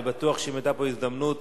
אני בטוח שאם היתה פה הזדמנות,